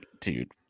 dude